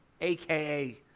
aka